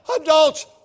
adults